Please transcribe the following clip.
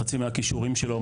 חצי מהכישורים שלו,